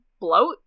Bloat